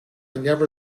never